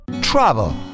Travel